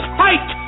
fight